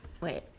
Wait